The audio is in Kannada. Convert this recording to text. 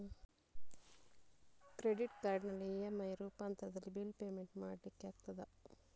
ಕ್ರೆಡಿಟ್ ಕಾರ್ಡಿನಲ್ಲಿ ಇ.ಎಂ.ಐ ರೂಪಾಂತರದಲ್ಲಿ ಬಿಲ್ ಪೇಮೆಂಟ್ ಮಾಡ್ಲಿಕ್ಕೆ ಆಗ್ತದ?